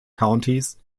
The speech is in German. countys